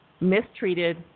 mistreated